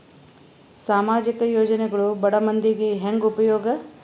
ಸಾಮಾಜಿಕ ಯೋಜನೆಗಳು ಬಡ ಮಂದಿಗೆ ಹೆಂಗ್ ಉಪಯೋಗ?